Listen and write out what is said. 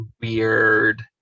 weird